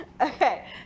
Okay